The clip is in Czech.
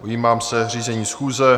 Ujímám se řízení schůze.